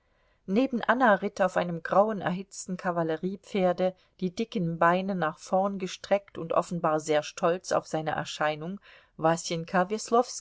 neben anna ritt auf einem grauen erhitzten kavalleriepferde die dicken beine nach vorn gestreckt und offenbar sehr stolz auf seine erscheinung